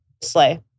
Slay